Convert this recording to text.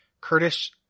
Kurdish